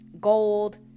gold